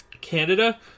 Canada